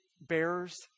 bearers